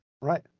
right